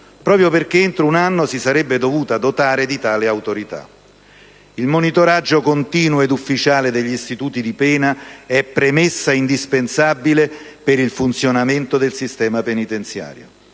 proprio perché entro un anno si sarebbe dovuta dotare di tale autorità. Il monitoraggio continuo ed ufficiale degli istituti di pena è infatti premessa indispensabile per il funzionamento del sistema penitenziario.